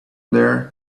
there